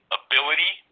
ability